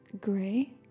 gray